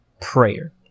prayer